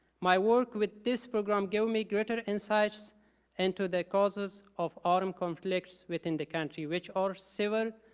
my work with this program gave me greater insights into the causes of armed conflicts within the country, which are several,